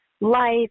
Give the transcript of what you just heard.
life